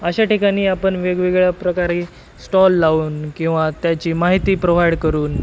अशा ठिकाणी आपण वेगवेगळ्या प्रकारे स्टॉल लावून किंवा त्याची माहिती प्रोव्हाइड करून